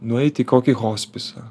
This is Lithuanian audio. nueiti į kokį hospisą